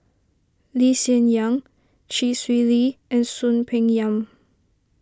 Lee Hsien Yang Chee Swee Lee and Soon Peng Yam